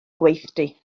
gweithdy